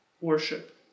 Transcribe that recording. worship